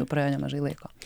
praėjo nemažai laiko